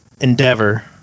endeavor